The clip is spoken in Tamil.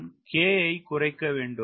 நான் K ஐ குறைக்க வேண்டும்